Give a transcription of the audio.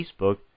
Facebook